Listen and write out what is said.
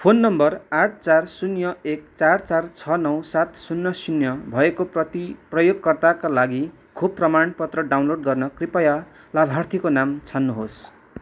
phone नम्बर आठ चार शून्य एक चार चार छ नौ सात शून्य शून्य भएको प्रति प्रयोगकर्ताका लागि खोप प्रमाणपत्र डाउनलोड गर्न कृपया लाभार्थीको नाम छान्नुहोस्